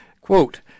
Quote